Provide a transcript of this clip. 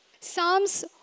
Psalms